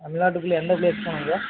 தமிழ்நாட்டுக்குள்ளே எந்த பிளேஸ் போனும்ங்க